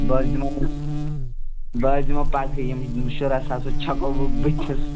بہٕ حظ دِمہو بہٕ حظ دِمہو پگہٕے یِم شُراہ ساس حظ چھَکہو بہٕ بُتھِس